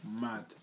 mad